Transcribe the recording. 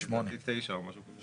נגיד תשע או משהו כזה.